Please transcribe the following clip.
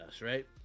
right